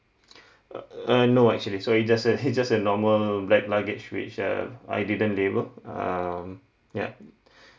uh uh no actually so it just a it's just a normal black luggage which uh I didn't label um ya